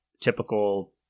typical